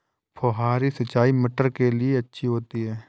फुहारी सिंचाई मटर के लिए अच्छी होती है?